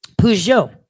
Peugeot